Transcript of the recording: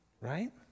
right